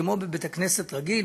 כמו בבית-כנסת רגיל,